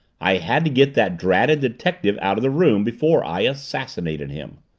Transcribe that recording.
i had to get that dratted detective out of the room before i assassinated him.